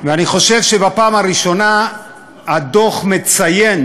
ואני חושב שבפעם הראשונה הדוח מציין